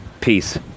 Peace